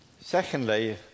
Secondly